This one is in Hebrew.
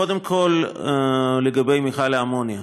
קודם כול, לגבי מפעל האמוניה,